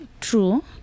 true